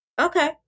Okay